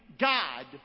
God